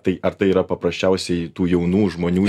tai ar tai yra paprasčiausiai tų jaunų žmonių